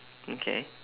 okay